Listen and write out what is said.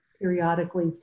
periodically